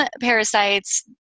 parasites